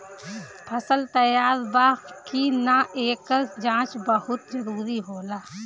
फसल तैयार बा कि ना, एकर जाँच बहुत जरूरी होला